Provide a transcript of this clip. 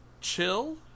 chill